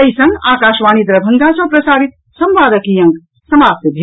एहि संग आकाशवाणी दरभंगा सँ प्रसारित संवादक ई अंक समाप्त भेल